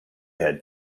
had